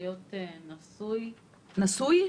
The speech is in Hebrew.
להיות בן 22, נשוי.